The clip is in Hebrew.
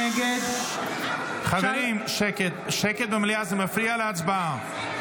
נגד --- סליחה, חברי הכנסת, זה מפריע להצבעה.